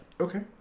Okay